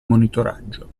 monitoraggio